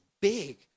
big